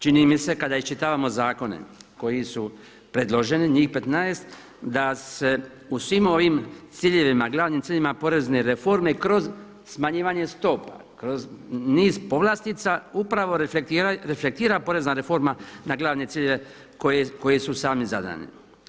Čini mi se kada iščitavamo zakone koji su predloženi njih 15 da se u svim ovim ciljevima, glavnim ciljevima porezne reforme kroz smanjivanje stopa, kroz niz povlastica upravo reflektira porezna reforma na glavne ciljeve koji su sami zadani.